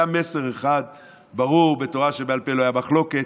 היה מסר אחד ברור, בתורה שבעל פה לא הייתה מחלוקת,